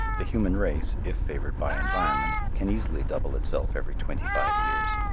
the human race, if favored by environment, can easily double itself every twenty-five years.